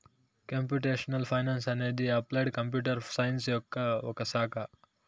computational finance అనేది applied computer science యొక్క ఒక శాఖ